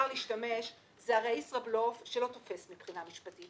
להשתמש זה הרי ישראבלוף שלא תופס מבחינה משפטית.